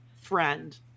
friend